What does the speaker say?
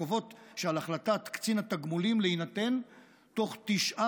הקובעות שעל החלטת קצין התגמולים להינתן בתוך תשעה